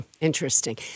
Interesting